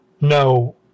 no